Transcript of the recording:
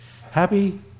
Happy